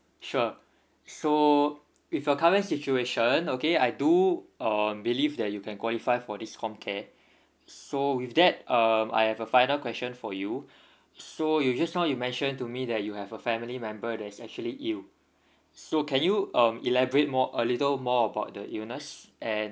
sure so with your current situation okay I do um believe that you can qualify for this comcare so with that um I have a final question for you so you just now you mentioned to me that you have a family member that's actually ill so can you um elaborate more a little more about the illness and